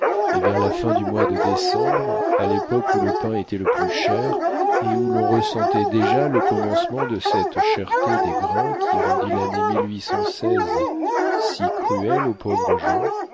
et vers la fin du mois de décembre à l'époque où le pain était le plus cher et où l'on ressentait déjà le commencement de cette cherté des grains qui rendit l'année si cruelle aux pauvres gens